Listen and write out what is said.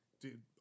Dude